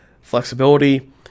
flexibility